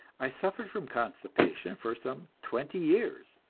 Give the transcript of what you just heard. i suffered from constipation for some twenty years,